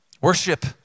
Worship